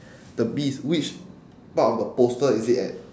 the bees which part of the poster is it at